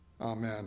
amen